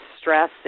stress